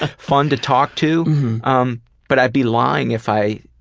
ah fun to talk to um but i'd be lying if i